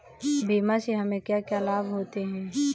बीमा से हमे क्या क्या लाभ होते हैं?